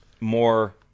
more